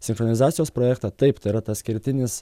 sinchronizacijos projektą taip tai yra tas kertinis